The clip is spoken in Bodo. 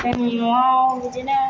जोंनि न'आव बिदिनो